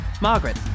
Margaret